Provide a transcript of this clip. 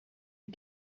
you